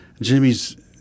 jimmy's